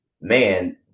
man